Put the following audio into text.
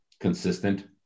consistent